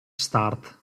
start